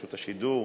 רשות השידור,